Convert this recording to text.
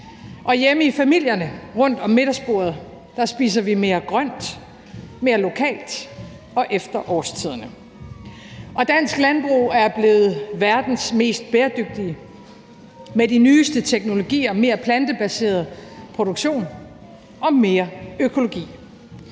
Og hjemme i familierne, rundt om middagsbordet, spiser vi mere grønt, mere lokalt og efter årstiderne. Og dansk landbrug er blevet verdens mest bæredygtige med de nyeste teknologier, mere plantebaseret produktion og mere økologi.